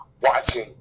watching